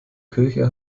kirche